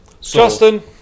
Justin